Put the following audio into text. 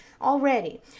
already